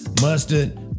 mustard